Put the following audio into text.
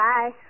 Bye